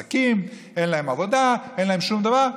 אין להם עסקים, אין להם עבודה, אין להם שום דבר.